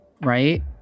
right